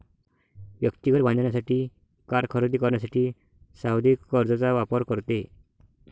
व्यक्ती घर बांधण्यासाठी, कार खरेदी करण्यासाठी सावधि कर्जचा वापर करते